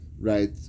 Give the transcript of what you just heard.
right